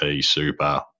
super